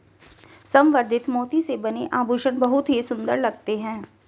संवर्धित मोती से बने आभूषण बहुत ही सुंदर लगते हैं